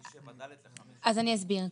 אני אסביר.